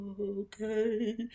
okay